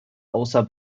außer